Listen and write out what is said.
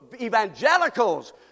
evangelicals